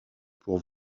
pour